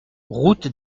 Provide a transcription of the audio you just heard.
route